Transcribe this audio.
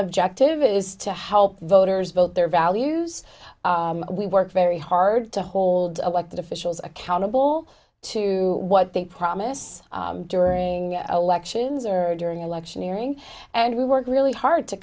objective is to help voters vote their values we work very hard to hold elected officials accountable to what they promise during elections or during electioneering and we work really hard to